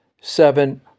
seven